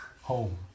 home